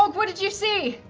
um what did you see?